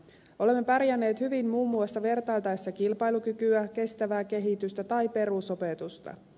olemme pärjänneet hyvin muun muassa vertailtaessa kilpailukykyä kestävää kehitystä tai perusopetusta